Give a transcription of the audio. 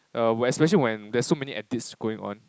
err especially when there's so many edits going on